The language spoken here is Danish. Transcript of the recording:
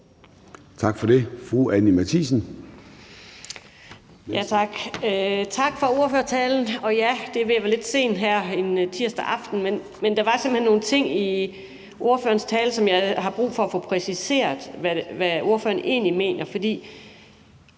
Tak for det. Fru Anni Matthiesen.